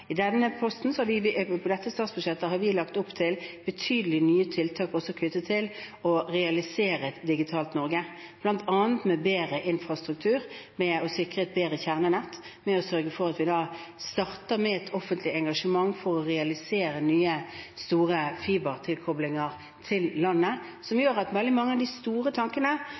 I dette statsbudsjettet har vi lagt opp til betydelig flere nye tiltak knyttet til å realisere et digitalt Norge, bl.a. med bedre infrastruktur, med å sikre et bedre kjernenett, med å sørge for at vi starter med et offentlig engasjement for å realisere nye, store fibertilkoblinger til landet, som gjør at veldig mange av de store tankene,